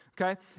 okay